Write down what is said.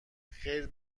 خیر